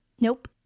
Nope